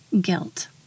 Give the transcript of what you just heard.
guilt